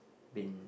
been